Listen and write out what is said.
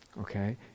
Okay